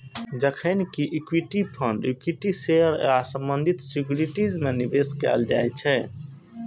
जखन कि equity fund equity share आ संबंधित सिक्योरिटीज मे निवेश कैल जाइ छै